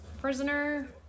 prisoner